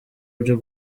byo